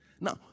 Now